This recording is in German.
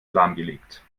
lahmgelegt